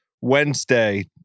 Wednesday